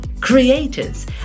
creators